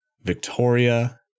victoria